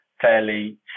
fairly